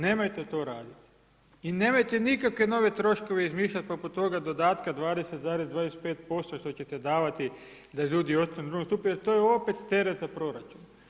Nemojte to raditi i nemojte nikakve nove troškove izmišljat poput toga dodatka 20,25% što ćete davati da ljudi ostanu u II. stupu jer to je opet teret za proračun.